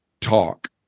talk